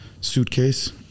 suitcase